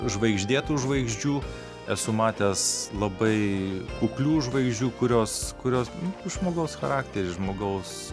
žvaigždėtų žvaigždžių esu matęs labai kuklių žvaigždžių kurios kurios žmogaus charakterį žmogaus